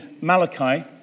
Malachi